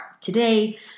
today